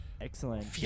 Excellent